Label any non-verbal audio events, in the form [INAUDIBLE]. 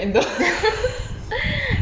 [LAUGHS]